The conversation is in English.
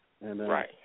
Right